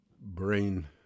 brain